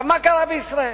מה קרה בישראל?